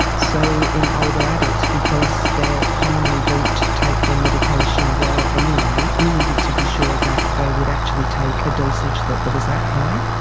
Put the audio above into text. so in older adults because they commonly don't take their medication well anyway we needed to be sure that they would actually take a dosage that that was that high.